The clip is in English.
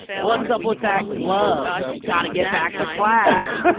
what's up with that glove? gotta get back to class.